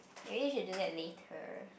maybe we should do that later